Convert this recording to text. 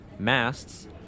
Masts